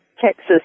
Texas